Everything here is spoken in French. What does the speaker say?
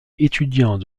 étudiant